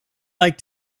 like